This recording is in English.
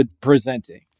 presenting